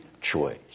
choice